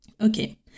Okay